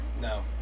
No